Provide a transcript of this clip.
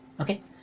Okay